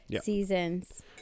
seasons